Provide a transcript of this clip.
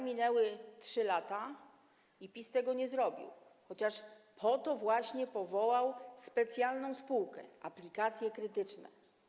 Minęły 3 lata i PiS tego nie zrobił, chociaż po to właśnie powołał specjalną spółkę: Aplikacje Krytyczne.